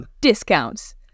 Discounts